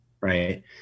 right